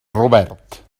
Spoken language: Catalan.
robert